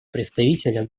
представителя